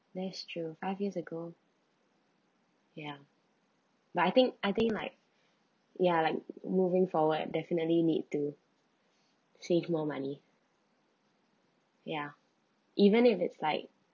that's true five years ago ya but I think I think like ya like moving forward definitely need to save more money ya even if it's like